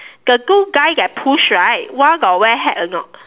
the two guy that push right one got wear hat or not